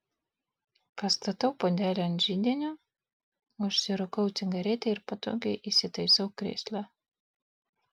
pastatau puodelį ant židinio užsirūkau cigaretę ir patogiai įsitaisau krėsle